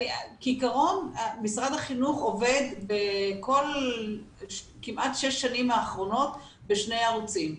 כעקרון משרד החינוך עובד בכמעט שש השנים האחרונות בשני ערוצים.